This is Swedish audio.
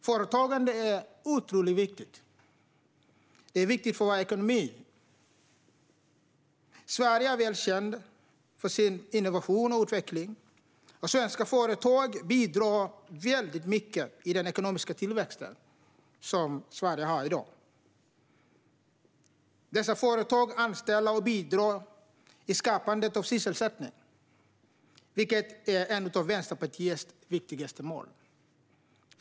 Företagande är otroligt viktigt för vår ekonomi. Sverige är väl känt för innovation och utveckling, och svenska företag bidrar mycket i den ekonomiska tillväxt som råder i Sverige i dag. Dessa företag anställer och bidrar i skapandet av sysselsättning, vilket är ett av Vänsterpartiets viktigaste mål.